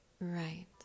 Right